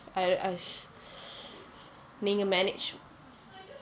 I I need to manage